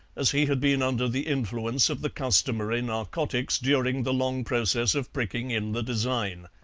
as he had been under the influence of the customary narcotics during the long process of pricking in the design.